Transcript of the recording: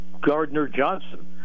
Gardner-Johnson